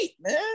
man